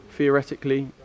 Theoretically